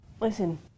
Listen